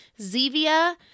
Zevia